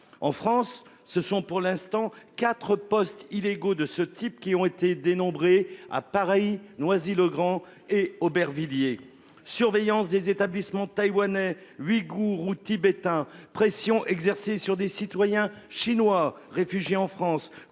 en France. Ce sont pour l'instant 4 postes illégaux de ce type qui ont été dénombrées à pareil Noisy-le-Grand et Aubervilliers, surveillance des établissements taïwanais ouïgours ou Tibétains pressions exercées sur des citoyens chinois réfugié en France